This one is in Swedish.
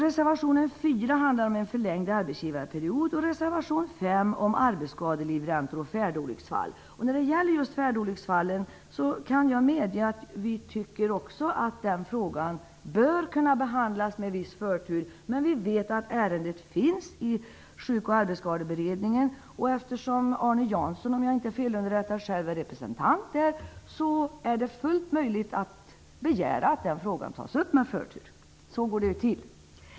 Reservation 4 handlar om en en förlängd arbetsgivarperiod, och reservation 5 om arbetsskadelivräntor och färdolycksfall. När det gäller just färdolycksfallen kan jag medge att vi också tycker att den frågan bör kunna behandlas med viss förtur. Men vi vet att ärendet finns hos Sjuk och arbetskadeberedningen, och eftersom Arne Jansson själv -- om jag inte är felunderrättad -- sitter som representant där, är det fullt möjligt för honom att begära att frågan tas upp med förtur. Så går det ju till.